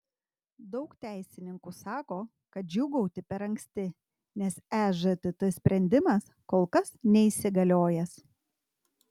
daug teisininkų sako kad džiūgauti per anksti nes ežtt sprendimas kol kas neįsigaliojęs